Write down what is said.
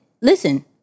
listen